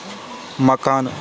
مکانہٕ